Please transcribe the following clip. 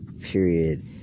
period